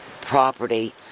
property